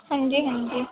हां जी हां जी